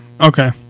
Okay